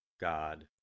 God